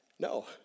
No